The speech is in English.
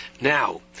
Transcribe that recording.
Now